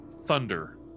thunder